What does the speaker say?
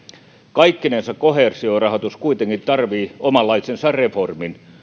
kaikkinensa koheesiorahoitus kuitenkin tarvitsee omanlaisensa reformin